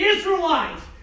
Israelites